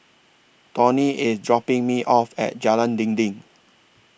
Tawny IS dropping Me off At Jalan Dinding